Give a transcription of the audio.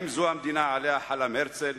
האם זו המדינה שעליה חלם הרצל,